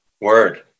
word